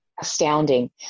astounding